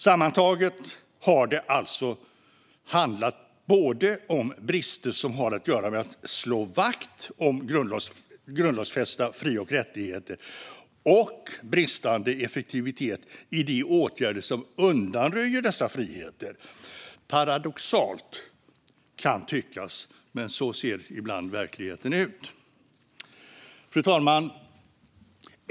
Sammantaget har det alltså handlat om både brister som har att göra med att slå vakt om grundlagsfästa fri och rättigheter och bristande effektivitet i de åtgärder som undanröjer dessa friheter. Paradoxalt, kan tyckas, men så ser ibland verkligheten ut. Fru talman!